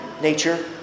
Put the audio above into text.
nature